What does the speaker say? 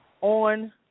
on